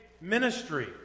ministry